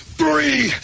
three